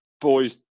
boys